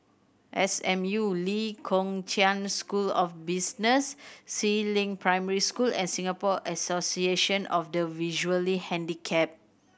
S M U Lee Kong Chian School of Business Si Ling Primary School and Singapore Association of the Visually Handicapped